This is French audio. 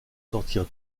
sortir